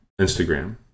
instagram